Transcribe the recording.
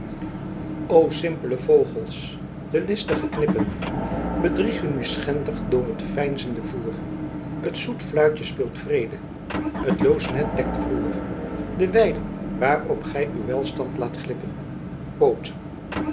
o simpele vogels de listige knippen bedriegen u schendig door t veinzende voer t zoet fluitje speelt vrede t loos net dekt den vloer der weiden waarop gy uw welstand laat glippen